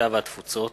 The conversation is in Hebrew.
הקליטה והתפוצות